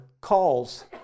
calls